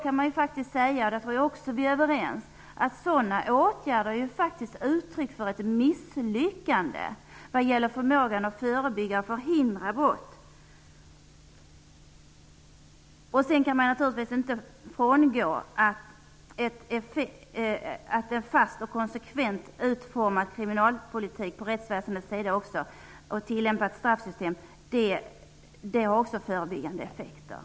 Jag tror också att vi är överens om att sådana åtgärder snarast är ett uttryck för misslyckande i ambitionen att förebygga och förhindra brott. Man kan naturligtvis inte frångå att också en av rättsväsendet utformad fast och konsekvent kriminalpolitik som tillämpas av statssystemet har förebyggande effekter.